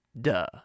Duh